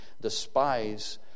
despise